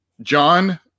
John